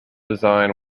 design